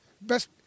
Best